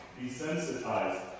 Desensitized